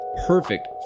Perfect